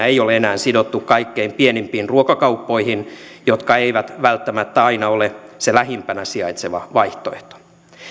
ei ole enää sidottu kaikkein pienimpiin ruokakauppoihin jotka eivät välttämättä aina ole se lähimpänä sijaitseva vaihtoehto